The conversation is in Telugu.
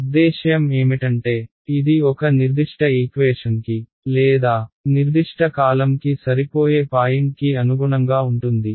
ఉద్దేశ్యం ఏమిటంటే ఇది ఒక నిర్దిష్ట ఈక్వేషన్కి లేదా నిర్దిష్ట కాలమ్కి సరిపోయే పాయింట్కి అనుగుణంగా ఉంటుంది